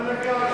במה נגענו?